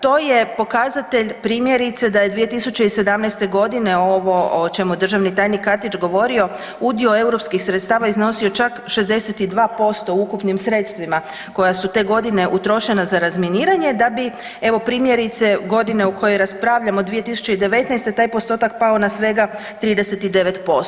To je pokazatelj, primjerice da je 2017. godine ovo o čemu je državni tajnik Katić govorio, udio europskih sredstava iznosio čak 62% u ukupnim sredstvima koja su te godine utrošena za razminiranje, da bi evo primjerice, godina o kojoj raspravljamo, 2019. taj postotak pao na svega 39%